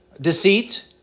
deceit